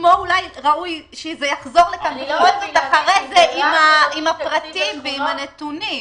כמו אולי ראוי שזה יחזור לכאן בכל זאת אחרי כן עם הפרטים ועם הנתונים.